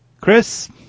Chris